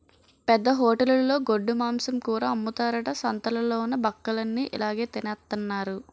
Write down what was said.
పెద్ద హోటలులో గొడ్డుమాంసం కూర అమ్ముతారట సంతాలలోన బక్కలన్ని ఇలాగె తినెత్తన్నారు